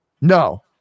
No